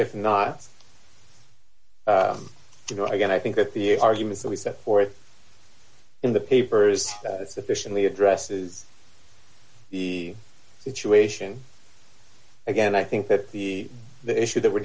if not you know again i think that the arguments that we set forth in the papers that sufficiently addresses the situation again i think that the the issue that we're